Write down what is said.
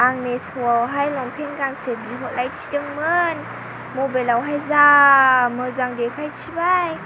आं मेस'आवहाय लंपेन गांसे बिहरलायथिदोंमोन मबाइलावहाय जा मोजां देखायथिबाय